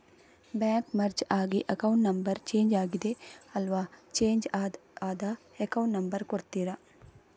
Bank merge ಆಗಿ account number change ಆಗಿದೆ ಅಲ್ವಾ, ಚೇಂಜ್ ಆದ ಅಕೌಂಟ್ ನಂಬರ್ ಕೊಡ್ತೀರಾ?